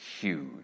huge